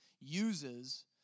uses